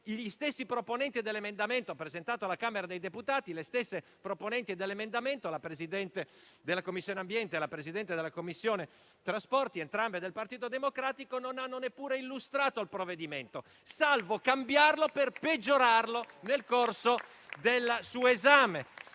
gli stessi proponenti dell'emendamento presentato alla Camera dei deputati (le Presidenti delle Commissioni ambiente e trasporti), entrambe del Partito Democratico, non hanno neppure illustrato il provvedimento, salvo cambiarlo per peggiorarlo nel corso del suo esame.